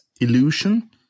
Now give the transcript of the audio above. illusion